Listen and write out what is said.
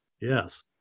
Yes